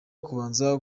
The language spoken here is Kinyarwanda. kubanza